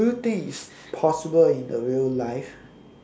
do you think it's possible in the real life